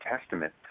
Testament